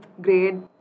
grade